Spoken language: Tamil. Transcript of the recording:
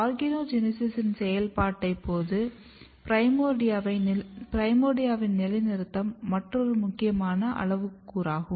ஆர்கனோஜெனீசிஸின் செயல்பாட்டின் போது பிரைமோர்டியாவை நிலைநிறுத்துவது மற்றொரு முக்கியமான அளவுருவாகும்